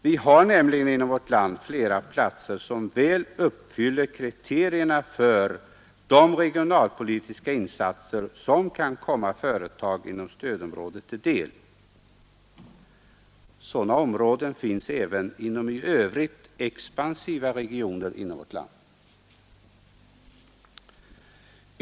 Vi har nämligen inom vårt land flera platser som väl uppfyller kriterierna för de regionalpolitiska insatser som kan komma företag inom stödområdet till del. Sådana områden finns även inom i övrigt expansiva regioner i vårt land.